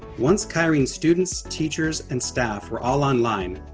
once kyrene students, teachers and staff were all online,